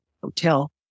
hotel